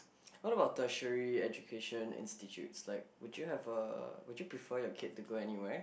what about tertiary education institute like would you have a would you prefer your kid to go anywhere